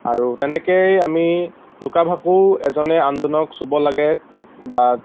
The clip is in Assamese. আৰু তেনকৈয়ে আমি লুকা ভাকু এজনে আনজনক চুব লাগে বা